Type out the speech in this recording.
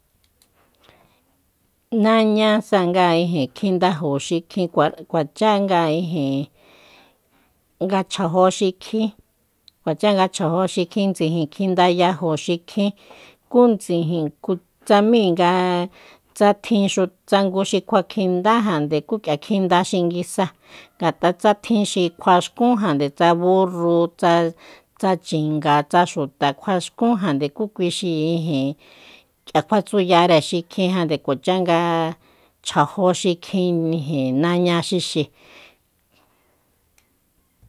Naña sa nga ijin kjindaju xikjin kua- kuacha nga ijin nga chjajo xikjin kuacha nga chjajo xikjin ndsijin kjinayajo xikjin kú ndsijin kutsajmi nga tsa tjinxu tsa ngu xi kjuakjindájande kú kꞌia kjuakjinda xinguisa ngatꞌa tsa tjin xi kjuaxkun jande tsa burru tsa tsa chinga tsa xuta kjuaxkun jande ku kui xi ijin kꞌia kjuatsuyare xikjin jande kuacha nga chjajo xikjin ijin naña xixi.